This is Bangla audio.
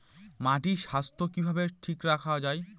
মাটির স্বাস্থ্য কিভাবে ঠিক রাখা যায়?